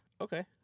Okay